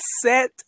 set